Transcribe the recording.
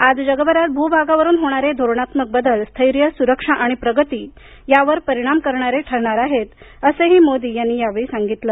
आज जगभरात भूभागावरून होणारे धोरणात्मक बदल स्थैर्य सुरक्षा आणि प्रगती यावर परिणाम करणारे ठरणार आहे असंही मोदी यांनी या वेळी सांगितलं